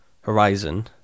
Horizon